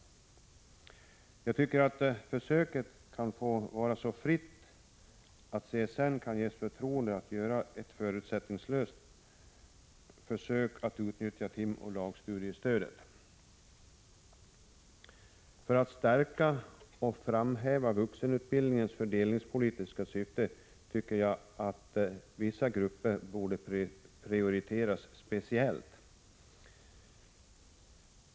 Jag tycker att försöket kan få vara så fritt, att CSN kan ges förtroende att göra ett förutsättningslöst försök att utnyttja timoch dagstudiestödet. För att stärka och framhäva vuxenutbildningens fördelningspolitiska syfte borde enligt min mening vissa grupper prioriteras speciellt.